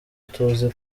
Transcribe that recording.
tuzi